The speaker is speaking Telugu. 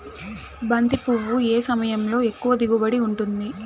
బంతి పువ్వు ఏ సమయంలో ఎక్కువ దిగుబడి ఉంటుంది?